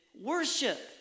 worship